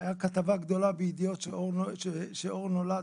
הייתה כתבה גדולה בידיעות אחרונות כשאור נולד,